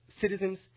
citizens